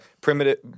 primitive